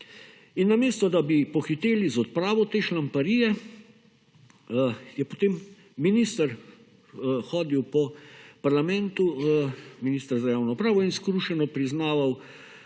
in namesto, da bi pohiteli z odpravo te »šlamparije«, je potem minister hodil po parlamentu, minister za javno upravo in skrušeno priznaval,